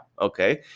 Okay